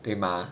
对吗